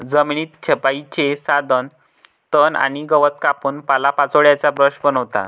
जमीन छपाईचे साधन तण आणि गवत कापून पालापाचोळ्याचा ब्रश बनवा